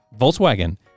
Volkswagen